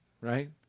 Right